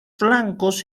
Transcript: flancos